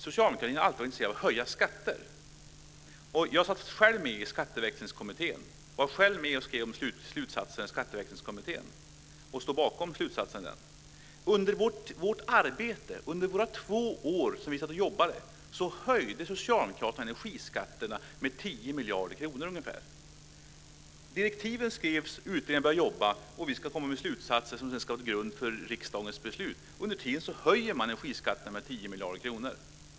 Socialdemokratin har alltid varit intresserad av att höja skatter. Jag satt själv med i Skatteväxlingskommittén, jag var själv med och skrev slutsatserna från den och jag står bakom de slutsatserna. Under vårt arbete, under de två år som vi satt och jobbade, höjde Socialdemokraterna energiskatterna med 10 miljarder kronor ungefär. Direktiven skrevs, utredningen började jobba och skulle komma med slutsatser som sedan ska ligga till grund för riksdagens beslut. Under tiden höjer man energiskatterna med 10 miljarder kronor!